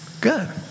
Good